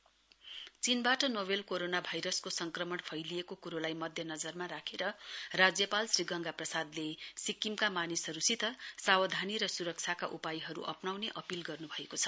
corona governor चीनबाट नोबेल corona भाइरसको संक्रमण फैलिएको कुरोलाई ध्यानमा राखेर राज्यपाल श्री गंगा प्रसादले सिक्किमका मानिसहरूसित सावधानी र सुरक्षाका उपायहरू अप्राउने अपील गर्नु भएको छ